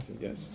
yes